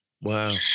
Wow